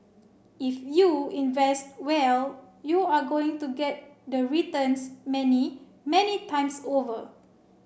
if you invest well you're going to get the returns many many times over